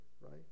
right